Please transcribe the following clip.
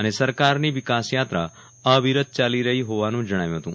અને સરકારની વિકાસયાત્રા અવિરત ચાલી રહી હોવાનુ જણાવ્યુ હતું